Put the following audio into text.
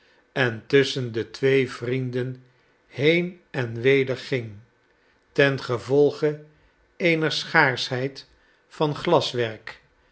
en tusschen de twee vrienden heen en weder ging ten gevolge eener schaarschheid van glaswerk